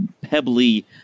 pebbly